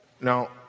Now